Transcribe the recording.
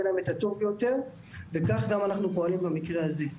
יהיה להם את הטוב ביותר וכך גם אנחנו פועלים במקרה זה.